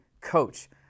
coach